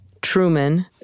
Truman